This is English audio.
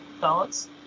thoughts